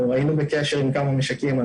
היינו בקשר עם כמה משקים.